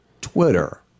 Twitter